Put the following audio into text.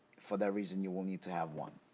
for that reason you will need to have one.